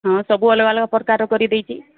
ହଁ ସବୁ ଅଲଗା ଅଲଗା ପ୍ରକାରର କରିଦେଇଛି